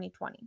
2020